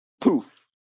Poof